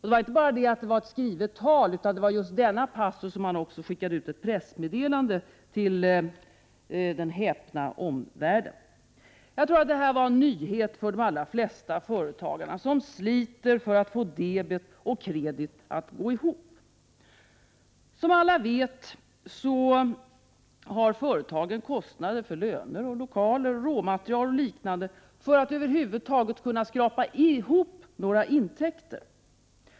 Det var inte bara det att det var ett skrivet tal, utan just denna passus gick också ut som ett pressmeddelande. Omvärlden häpnade. Jag tror att det här var en nyhet för de allra flesta företagare. Företagarna sliter ju för att få debet och kredit att gå ihop. Som alla vet har företagen kostnader för löner, lokaler, råmaterial etc. Över huvud taget gäller det att skrapa ihop intäkter.